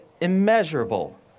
immeasurable